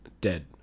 dead